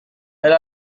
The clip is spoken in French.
elle